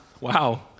Wow